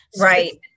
Right